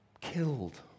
killed